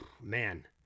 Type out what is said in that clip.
man